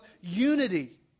unity